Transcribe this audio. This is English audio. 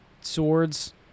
swords